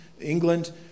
England